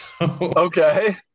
Okay